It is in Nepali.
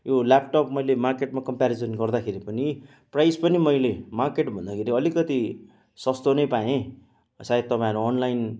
यो ल्यापटप मैले मार्केटमा कम्प्यारिजन गर्दाखेरि पनि प्राइस पनि मैले मार्केट भन्दाखेरि अलिकति सस्तो नै पाएँ सायद तपाईँहरू अनलाइन